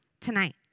tonight